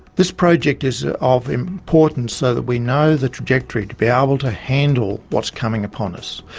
this project is of importance so that we know the trajectory to be able to handle what's coming up on us.